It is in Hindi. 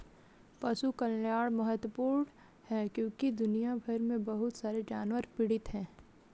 पशु कल्याण महत्वपूर्ण है क्योंकि दुनिया भर में बहुत सारे जानवर पीड़ित हैं